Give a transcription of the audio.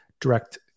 Direct